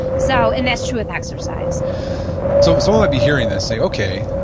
so and that's true with exercise so someone might be hearing this, saying, okay,